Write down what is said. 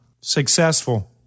Successful